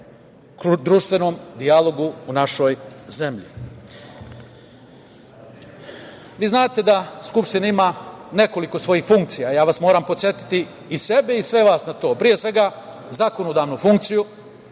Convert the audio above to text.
društvom dijalogu u našoj zemlji. Vi znate da skupština ima nekoliko svojih funkcija. Moram vas podsetiti, i sebe i sve vas, na to. Pre svega, zakonodavnu funkciju.